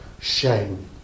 shame